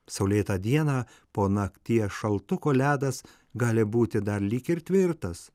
saulėtą dieną po nakties šaltuko ledas gali būti dar lyg ir tvirtas